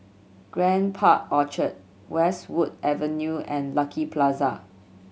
Grand Park Orchard Westwood Avenue and Lucky Plaza